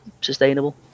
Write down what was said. sustainable